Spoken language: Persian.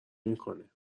میکنه